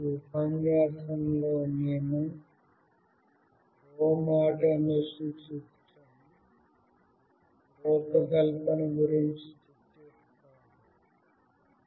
ఈ ఉపన్యాసంలో నేను హోమ్ ఆటోమేషన్ సిస్టమ్ రూపకల్పన గురించి చర్చిస్తాను